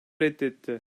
reddetti